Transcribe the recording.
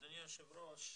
אדוני היושב ראש,